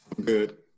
Good